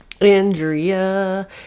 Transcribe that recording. Andrea